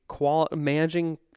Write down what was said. managing